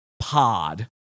Pod